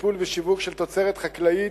טיפול ושיווק של תוצרת חקלאית,